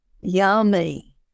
Yummy